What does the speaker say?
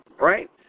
right